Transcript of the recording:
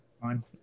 Fine